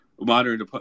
modern